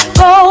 go